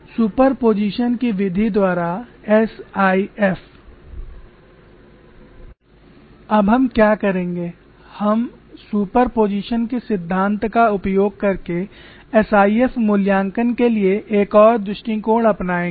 superposition की विधि द्वारा एसआईएफ अब हम क्या करेंगे हम सुपरपोजिशन के सिद्धांत का उपयोग करके SIF मूल्यांकन के लिए एक और दृष्टिकोण अपनाएंगे